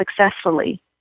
successfully